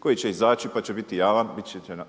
koji će izaći pa će biti javan,